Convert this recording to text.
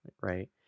right